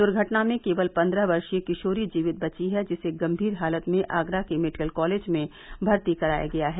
दुर्घटना में केवल पंद्रह वर्षीय किशोरी जीवित बची है जिसे गंभीर हालत में आगरा के मेडिकल कॉलेज में भर्ती कराया गया है